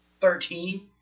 Thirteen